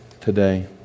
today